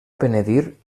penedir